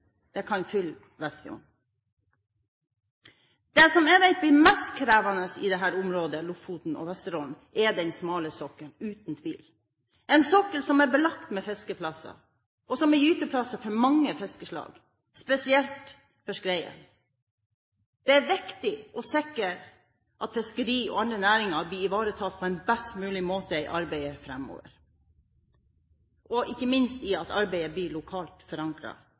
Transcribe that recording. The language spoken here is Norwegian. Det kan fylle Vestfjorden. Det som jeg vet blir det mest krevende i dette området, Lofoten og Vesterålen, er den smale sokkelen – uten tvil – en sokkel som er belagt med fiskeplasser, og som er gyteplass for mange fiskeslag, spesielt for skreien. Det er viktig å sikre at fiskeri og andre næringer blir ivaretatt på en best mulig måte i arbeidet framover, ikke minst ved at arbeidet blir lokalt